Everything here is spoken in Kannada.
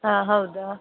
ಹಾಂ ಹೌದಾ